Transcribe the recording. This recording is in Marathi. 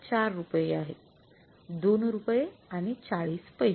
४ रुपये आहे २ रुपये आणि ४0 पैसे